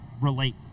relate